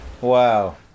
Wow